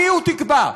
המיעוט יקבע.